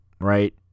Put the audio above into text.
right